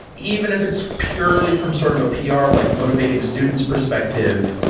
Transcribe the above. even if it's purely from sort of a pr, like motivating students perspective,